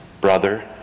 brother